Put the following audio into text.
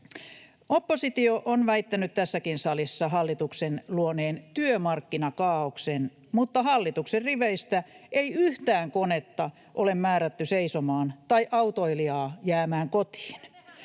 Oppositio on väittänyt tässäkin salissa hallituksen luoneen työmarkkinakaaoksen, mutta hallituksen riveistä ei yhtään konetta ole määrätty seisomaan tai autoilijaa jäämään kotiin.